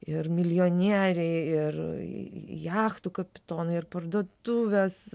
ir milijonieriai ir jachtų kapitonai ir parduotuvės